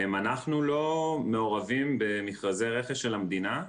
אנחנו לא מעורבים במכרזי רכש של המדינה,